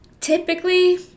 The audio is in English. typically